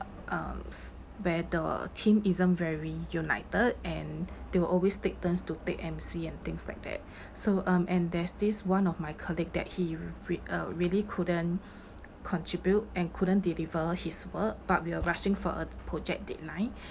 um s~ where the team isn't very united and they will always take turns to take M_C and things like that so um and there's this one of my colleague that he rea~ uh really couldn't contribute and couldn't deliver his work but we are rushing for a project deadline